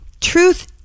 Truth